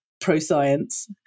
pro-science